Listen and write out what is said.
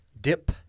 DIP